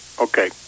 Okay